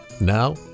Now